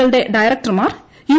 കളുടെ ഡയറക്ടർമാർ യു